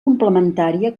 complementària